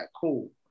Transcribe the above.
cool